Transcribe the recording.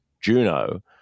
Juno